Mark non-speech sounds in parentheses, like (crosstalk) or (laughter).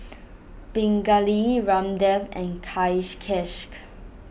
Pingali Ramdev and (unintelligible)